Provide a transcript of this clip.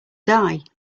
die